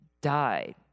died